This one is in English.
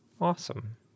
Awesome